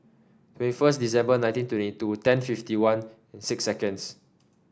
twenty first December nineteen twenty two fifty one six seconds